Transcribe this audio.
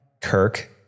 Kirk